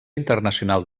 internacional